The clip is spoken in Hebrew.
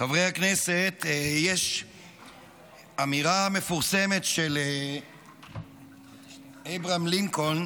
חברי הכנסת, יש אמירה מפורסמת של אברהם לינקולן